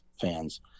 fans